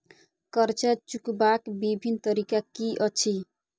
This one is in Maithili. कर्जा चुकबाक बिभिन्न तरीका की अछि?